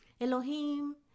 Elohim